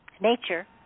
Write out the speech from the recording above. nature